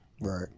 Right